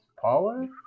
Paula